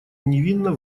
невинно